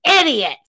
idiot